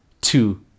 two